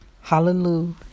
Hallelujah